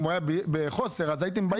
אם הוא היה בחוסר הייתם באים אליו ואומרים